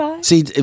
See